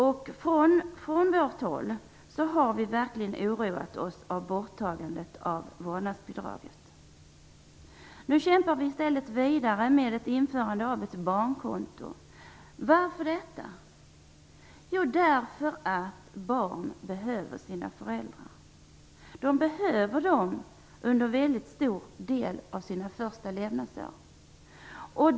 Vi är verkligen oroade över borttagandet av vårdnadsbidraget. Nu kämpar vi i stället vidare med ett införande av ett barnkonto. Varför gör vi det? Jo, därför att barn behöver sina föräldrar. De behöver dem under en stor del av sina första levnadsår.